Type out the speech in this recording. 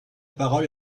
parole